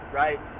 right